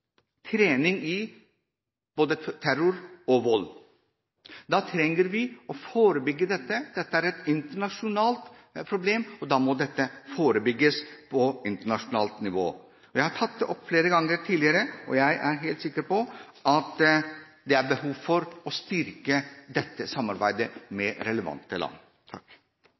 trening i både terror og vold. Vi trenger å forebygge dette. Det er et internasjonalt problem, og da må det forebygges på internasjonalt nivå. Jeg har tatt det opp flere ganger tidligere, og jeg er helt sikker på at det er behov for å styrke dette samarbeidet med relevante land.